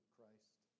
Christ